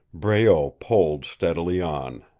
breault poled steadily on.